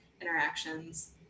interactions